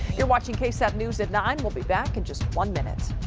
you're watching ksat news at nine will be back in just one minute.